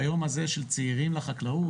ביום הזה של צעירים לחקלאות,